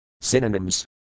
Synonyms